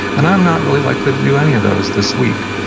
and i'm not really likely to do any of those this week,